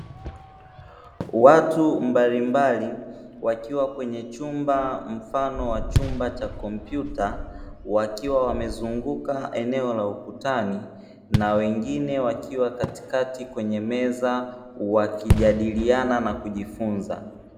Watu mbalimbali wakiwa kwenye chumba, mfano wa chumba cha kompyuta wakiwa wamezunguka eneo la ukutani na wengine wakiwa katikati kwenye meza wakijadiliana na kujifunza.